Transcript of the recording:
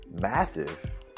massive